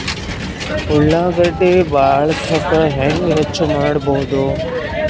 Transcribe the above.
ಉಳ್ಳಾಗಡ್ಡಿ ಬಾಳಥಕಾ ಹೆಂಗ ಹೆಚ್ಚು ಮಾಡಬಹುದು?